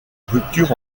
rupture